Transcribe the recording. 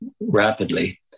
rapidly